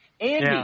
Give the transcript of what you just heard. Andy